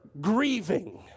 grieving